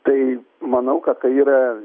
tai manau kad tai yra